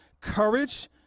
courage